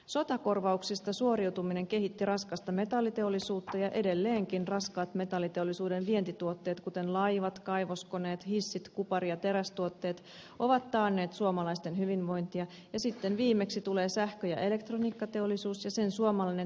sotakorvauksista suoriutuminen kehitti raskasta metalliteollisuutta ja edelleenkin raskaat metalliteollisuuden vientituotteet kuten laivat kaivoskoneet hissit kupari ja terästuotteet ovat taanneet suomalaisten hyvinvointia ja sitten viimeksi tulee sähkö ja elektroniikkateollisuus ja sen suomalainen tähti nokia matkapuhelintuotantoineen